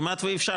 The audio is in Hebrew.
כמעט אי אפשר,